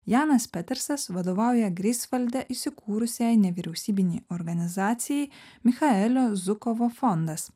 janas petersonas vadovauja greifsvalde įsikūrusiai nevyriausybinei organizacijai michaelio zukovo fondas